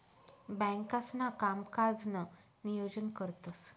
बँकांसणा कामकाजनं नियोजन करतंस